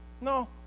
No